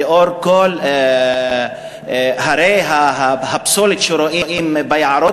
לנוכח כל הרי הפסולת שרואים ביערות,